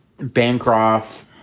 Bancroft